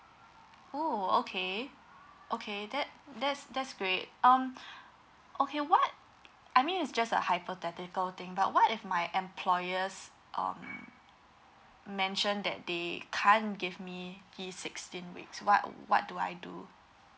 oh okay okay that that's that's great um okay what I mean is just a hypothetical thing but what if my employers um mention that they can't give me the sixteen weeks what what do I do